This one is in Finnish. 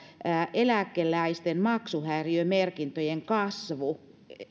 eläkeläisten maksuhäiriömerkintöjen kasvu